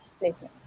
placements